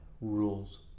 rules